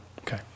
Okay